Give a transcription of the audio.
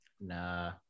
Nah